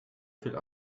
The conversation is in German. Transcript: viel